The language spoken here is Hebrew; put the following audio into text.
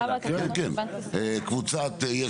חלקים ג' ו-ד'